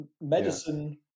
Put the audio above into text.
medicine